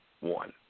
one